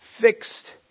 fixed